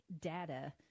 data